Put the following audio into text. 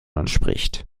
entspricht